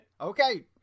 Okay